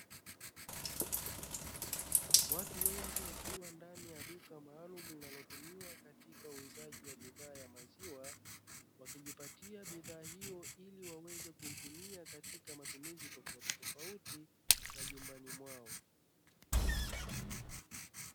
Watu wengi wakiwa ndani ya duka maalumu linalotumiwa katika uuzaji wa bidhaa ya maziwa, wakijipatia bidhaa hiyo ili waweze kuitumia katika matumizi tofautitofauti majumbani mwao.